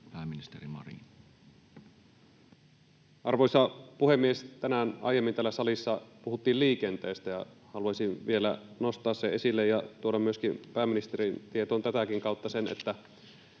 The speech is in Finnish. Content: Arvoisa puhemies! Tänään aiemmin täällä salissa puhuttiin liikenteestä, ja haluaisin vielä nostaa sen esille ja tuoda myöskin pääministerin tietoon tätäkin kautta, että